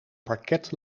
parket